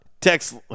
Text